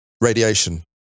Radiation